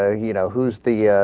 ah you know who's the ah.